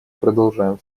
продолжаем